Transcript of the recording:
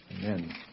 amen